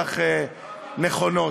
המוטיבציות שלו הן לא כל כך נכונות.